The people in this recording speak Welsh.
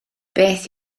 beth